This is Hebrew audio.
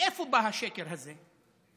מאיפה בא השקר הזה?